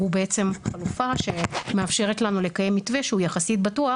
בעצם חלופה שמאפשרת לנו לקיים מתווה שהוא יחסית בטוח,